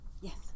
yes